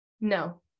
No